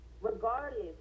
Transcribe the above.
regardless